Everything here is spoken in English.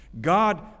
God